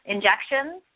Injections